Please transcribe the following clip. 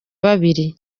babiri